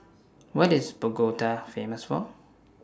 What IS Bogota Famous For